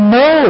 no